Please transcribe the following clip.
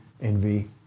envy